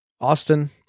austin